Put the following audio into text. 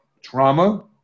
trauma